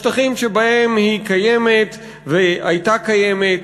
בשטחים שבהם היא קיימת והייתה קיימת,